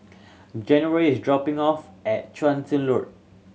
January is dropping off at Chu Road